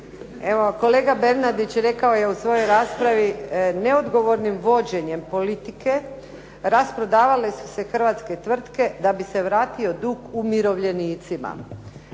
Kolega Bernardić rekao je u svojoj raspravi, neodgovornim vođenjem politike rasprodavale su se hrvatske tvrtke da bi se vratio dug umirovljenicima.